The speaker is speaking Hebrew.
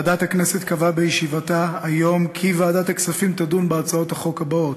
ועדת הכנסת קבעה בישיבתה היום כי ועדת הכספים תדון בהצעות החוק הבאות: